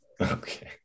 Okay